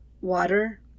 Water